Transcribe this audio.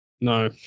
No